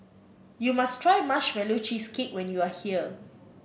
you must try Marshmallow Cheesecake when you are here